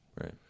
right